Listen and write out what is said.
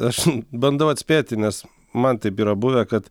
aš bandau atspėti nes man taip yra buvę kad